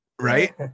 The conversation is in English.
Right